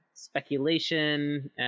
speculation